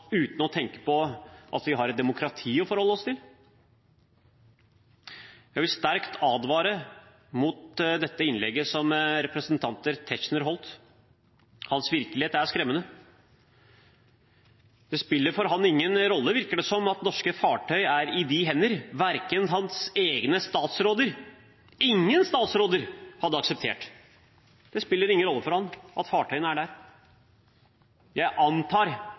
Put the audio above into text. uten å tenke på at vi har et demokrati å forholde oss til? Jeg vil sterkt advare mot dette innlegget som representanten Tetzschner holdt. Hans virkelighet er skremmende. Det virker som om det ikke spiller noen rolle for ham at norske fartøy er i disse hender, noe ikke hans egne statsråder – ingen statsråder – hadde akseptert. Det spiller ingen rolle for ham at fartøyene er der. Jeg antar